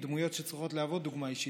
הם דמויות שצריכות להוות דוגמה אישית,